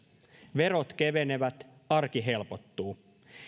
verot kevenevät arki helpottuu